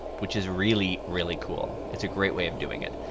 which is really really cool, it's a great way of doing it.